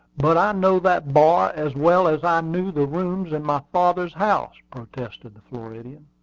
but i know that bar as well as i knew the rooms in my father's house, protested the floridian.